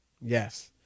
yes